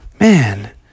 Man